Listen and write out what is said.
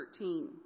13